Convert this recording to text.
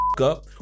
up